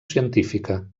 científica